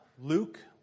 Luke